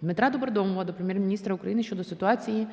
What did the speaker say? Дмитра Добродомова до Прем'єр-міністра України щодо ситуації